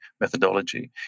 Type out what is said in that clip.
methodology